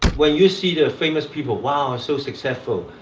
when you see the famous people, wow so successful.